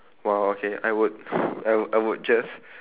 !wow! okay I would I would I would just